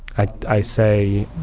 i i say.